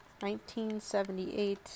1978